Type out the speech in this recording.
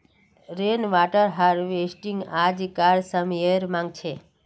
rain water harvesting आज्कार समयेर मांग छे